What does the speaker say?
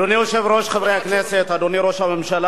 אדוני היושב-ראש, חברי הכנסת, אדוני ראש הממשלה,